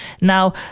Now